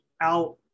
out